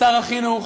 שר החינוך.